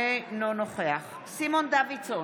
אינו נוכח סימון דוידסון,